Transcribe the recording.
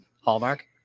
Hallmark